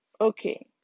okay